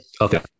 Okay